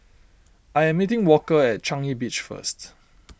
I am meeting Walker at Changi Beach first